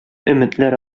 өметләр